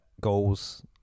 goals